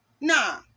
Nah